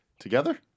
Together